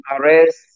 arrest